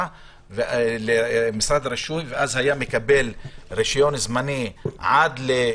וגם עם השרה השרה ואפי היו מוכנים והם עדין מוכנים